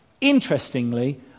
Interestingly